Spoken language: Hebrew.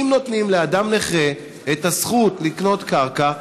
אם נותנים לאדם נכה את הזכות לקנות קרקע,